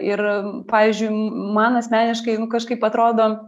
ir pavyzdžiui man asmeniškai nu kažkaip atrodo